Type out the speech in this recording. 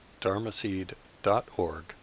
dharmaseed.org